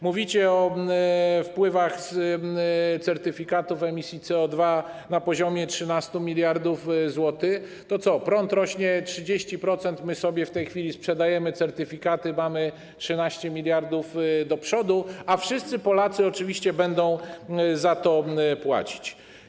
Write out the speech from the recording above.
Mówicie o wpływach z certyfikatów emisji CO2 na poziomie 13 mld zł – cena prądu rośnie o 30%, my sobie w tej chwili sprzedajemy certyfikaty, mamy 13 mld do przodu, a wszyscy Polacy oczywiście będą za to płacić.